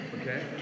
Okay